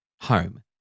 Home